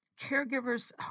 caregivers